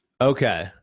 Okay